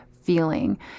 feeling